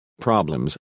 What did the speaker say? problems